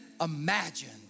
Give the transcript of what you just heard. imagined